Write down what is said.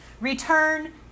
Return